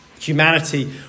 Humanity